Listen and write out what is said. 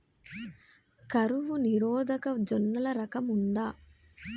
కరువు నిరోధక జొన్నల రకం ఉందా?